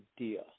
idea